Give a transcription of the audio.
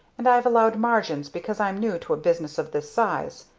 and i've allowed margins because i'm new to a business of this size.